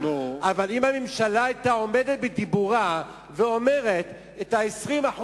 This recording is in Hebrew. אבל אם הממשלה היתה עומדת בדיבורה ואומרת: את ה-20%